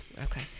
Okay